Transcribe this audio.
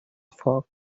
foc